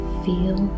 feel